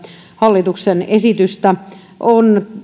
hallituksen esitystä on